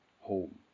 home